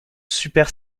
super